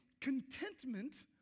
contentment